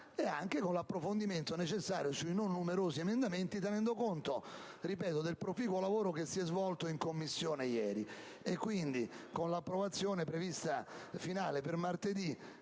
anche con l'approfondimento necessario sui non numerosi emendamenti, tenendo conto, ripeto, del proficuo lavoro svolto in Commissione ieri. Con l'approvazione finale prevista per martedì